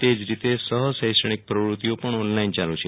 તે જ રીતે સહ શૈક્ષણિક પ્રવતિઓ પણ ઓનલાઈન ચાલુ છે